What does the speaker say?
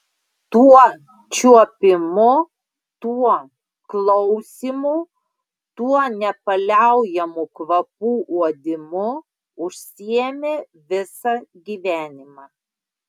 tuo čiuopimu tuo klausymu tuo nepaliaujamu kvapų uodimu užsiėmė visą gyvenimą